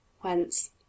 Whence